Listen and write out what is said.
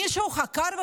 מישהו חקר ובדק,